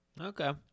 Okay